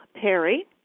Perry